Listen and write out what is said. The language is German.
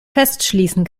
festschließen